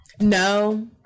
No